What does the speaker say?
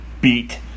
beat